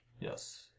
Yes